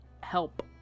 help